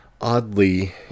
oddly